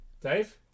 Dave